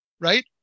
right